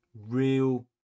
real